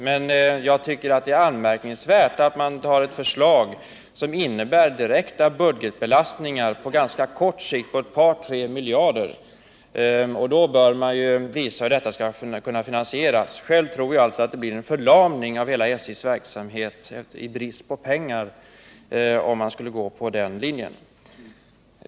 Men jag tycker det är anmärkningsvärt att man tar ett förslag som innebär direkta budgetbelastningar på ganska kort sikt på ett par tre miljarder. I så fall bör man visa hur detta skall kunna finansieras. Jag tror alltså att det blir en förlamning av hela SJ:s verksamhet i brist på pengar, om man skulle gå på denna linje.